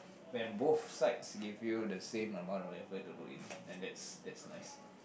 when both sides give you the same amount of effort to put in and that's that's nice